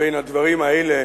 בין הדברים האלה